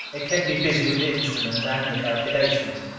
it kept me busy with the instruments and the calculations.